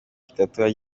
itatu